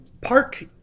park